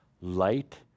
light